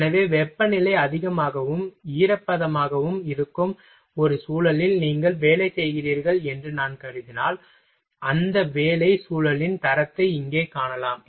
எனவே வெப்பநிலை அதிகமாகவும் ஈரப்பதமாகவும் இருக்கும் ஒரு சூழலில் நீங்கள் வேலை செய்கிறீர்கள் என்று நான் கருதினால் அந்த வேலை சூழலின் தரத்தை இங்கே காணலாம்